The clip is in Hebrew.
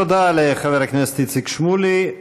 תודה לחבר הכנסת איציק שמולי.